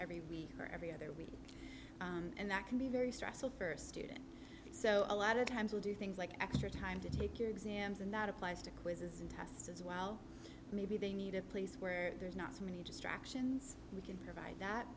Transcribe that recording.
every week or every other week and that can be very stressful first student so a lot of times will do things like extra time to take your exams and that applies to quizzes and tests as well maybe they need a place where there's not so many distractions we can provide that